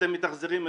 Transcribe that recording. אתם מתאכזרים אלינו,